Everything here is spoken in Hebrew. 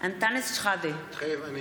אנטאנס שחאדה, מתחייב אני